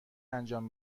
انجام